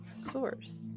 Source